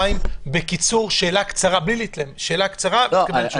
חיים, שאלה קצרה, בלי להתלהם, ותקבל תשובה.